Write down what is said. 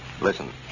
Listen